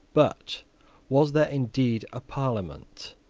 but was there indeed a parliament?